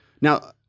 Now